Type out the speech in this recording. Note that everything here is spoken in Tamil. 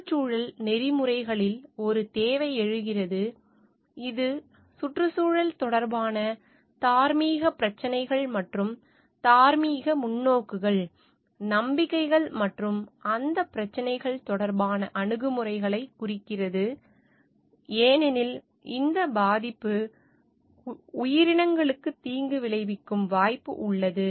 சுற்றுச்சூழல் நெறிமுறைகளில் ஒரு தேவை எழுகிறது இது சுற்றுச்சூழல் தொடர்பான தார்மீக பிரச்சினைகள் மற்றும் தார்மீக முன்னோக்குகள் நம்பிக்கைகள் மற்றும் அந்த பிரச்சினைகள் தொடர்பான அணுகுமுறைகளைக் குறிக்கிறது ஏனெனில் இந்த பாதிப்பு உயிரினங்களுக்கு தீங்கு விளைவிக்கும் வாய்ப்பு உள்ளது